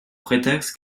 prétexte